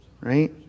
right